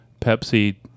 Pepsi